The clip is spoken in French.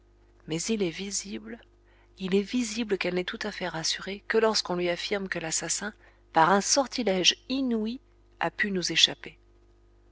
mais il est visible il est visible qu'elle n'est tout à fait rassurée que lorsqu'on lui affirme que l'assassin par un sortilège inouï a pu nous échapper